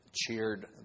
cheered